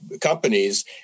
companies